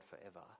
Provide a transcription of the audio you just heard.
forever